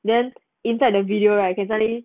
then inside the video right can suddenly